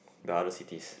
the other cities